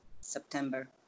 September